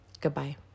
Goodbye